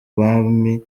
bami